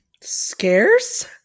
Scarce